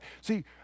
See